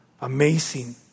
Amazing